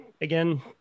again